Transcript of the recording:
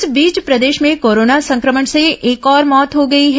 इस बीच प्रदेश में कोरोना संक्रमण से एक और मौत हो गई है